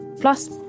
Plus